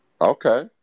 Okay